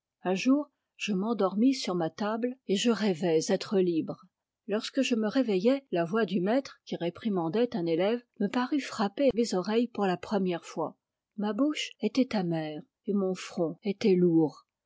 un jour je m'endormis sur ma table et je rêvais être libre lorsque je me réveillai la voix du maître qui réprimandait un élève me parut frapper mes oreilles pour la première fois ma bouche était amère et mon front était lourd